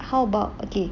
how about okay